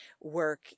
work